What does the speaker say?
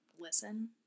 listen